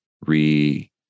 re